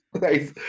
Nice